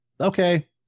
okay